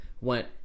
went